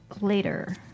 later